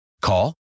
Call